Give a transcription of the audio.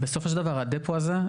בסופו של דבר הדפו הזה,